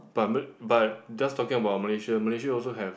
but malay~ but just talking about Malaysia Malaysia also have